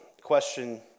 question